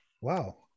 Wow